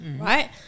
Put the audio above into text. Right